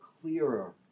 clearer